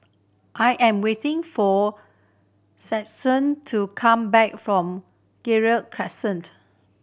I am waiting for to come back from Gerald Crescent